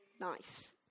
nice